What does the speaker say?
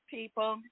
People